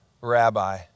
rabbi